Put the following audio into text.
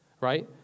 right